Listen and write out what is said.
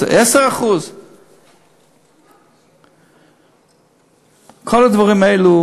10%. כל הדברים האלו